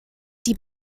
die